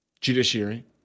judiciary